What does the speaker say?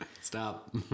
Stop